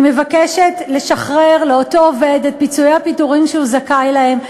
היא מבקשת לשחרר לאותו עובד את פיצויי הפיטורין שהוא זכאי להם,